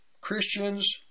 Christians